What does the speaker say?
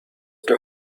the